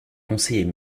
conseiller